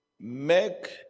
Make